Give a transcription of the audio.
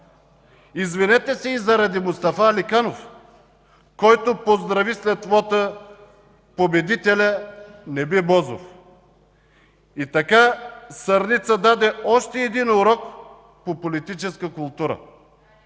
Извинете се и заради Мустафа Аликанов, който поздрави след вота победителя Неби Бозов. И така Сърница даде още един урок по политическа култура.